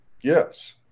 Yes